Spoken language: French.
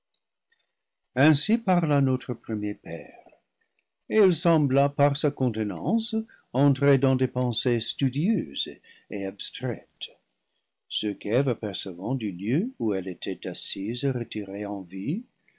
ainsi parla notre premier père et il sembla par sa contenance entrer dans des pensées studieuses et abstraites ce qu'eve apercevant du lieu où elle était assise retirée en vue